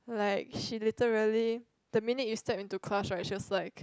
like she literally the minute you step into class right she is just like